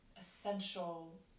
essential